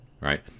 right